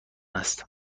است